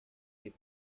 est